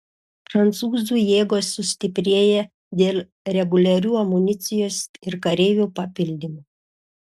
prancūzų jėgos sustiprėja dėl reguliarių amunicijos ir kareivių papildymų